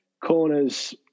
Corners